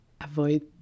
avoid